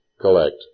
collect